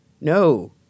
No